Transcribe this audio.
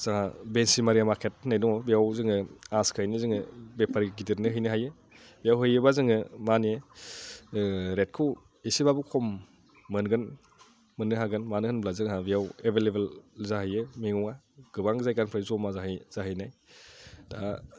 जोंहा बेंसिमारि मारकेट होननाय दं बेयाव जोङो आस्खायैनो जोङो बेपारि गिदिरनो हैनो हायो बेयाव होयोबा जोङो माने रेटखौ एसेबाबो खम मोनगोन मोननो हागोन मानो होनब्ला जोंहा बेयाव एभैलेबोल जाहैयो मैगंआ गोबां जायगानिफ्राय जमा जाहैनाय दा